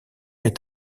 est